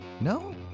no